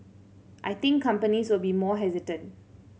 I think companies will be more hesitant